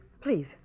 Please